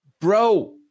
bro